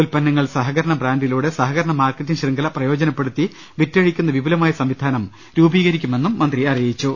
ഉത്പന്നങ്ങൾ സഹകരണ ബ്രാൻഡിലൂടെ സഹകരണ മാർക്കറ്റിംഗ് ശൃംഖല പ്രയോജനപ്പെടുത്തി വിറ്റഴിക്കുന്ന വിപുലമായ സംവിധാനം രൂപീകരിക്കു മെന്നും മന്ത്രി അറിയിച്ചു